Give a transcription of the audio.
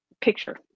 picture